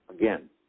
Again